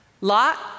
Lot